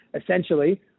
essentially